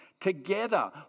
Together